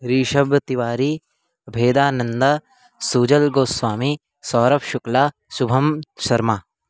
रिशब् तिवरी भेदानन्दः सुजलः गोस्वामि सौरभः शुक्लः शुभम् शर्मा